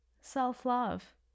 Self-love